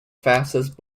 fastest